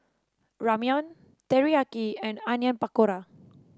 Ramyeon Teriyaki and Onion Pakora